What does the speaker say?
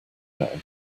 know